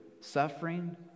suffering